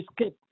escape